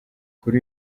kuri